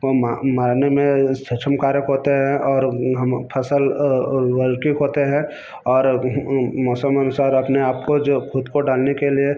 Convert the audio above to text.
वह मारने में सक्षम कारक होते हैं और हम फ़सल वर्किक होते हैं और मौसम अनुसार अपने आप को जो खुद को डालने के लिए